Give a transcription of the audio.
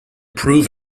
prove